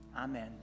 Amen